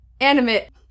animate